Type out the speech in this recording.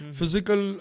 physical